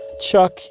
Chuck